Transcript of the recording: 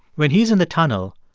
when he's in the tunnel,